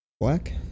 Black